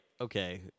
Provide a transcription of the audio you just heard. okay